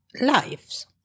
lives